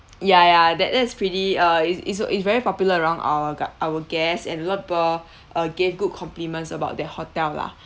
ya ya that that's pretty uh it's it's it's very popular around our gu~ our guests and a lot people uh gave good compliments about that hotel lah